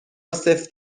سفت